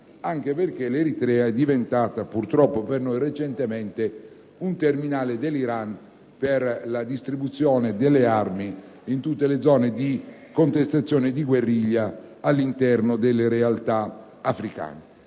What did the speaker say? anche perché l'Eritrea purtroppo per noi è diventata recentemente un terminale dell'Iran per la distribuzione delle armi in tutte le zone di contestazione e di guerriglia all'interno delle realtà africane.